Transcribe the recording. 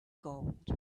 gold